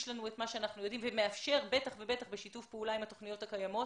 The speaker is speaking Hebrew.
לנו את מה שאנחנו יודעים ומאפשר בשיתוף פעולה עם התוכניות הקיימות.